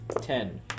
ten